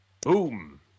Boom